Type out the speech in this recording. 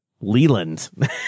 Leland